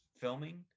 filming